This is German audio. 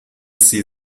sie